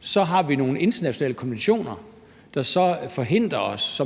Så har vi nogle internationale konventioner, der, som